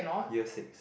year six